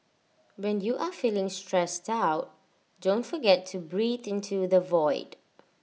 when you are feeling stressed out don't forget to breathe into the void